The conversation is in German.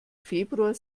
februar